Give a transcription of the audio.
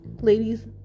Ladies